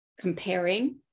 comparing